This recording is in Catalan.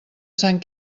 sant